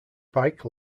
bike